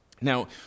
Now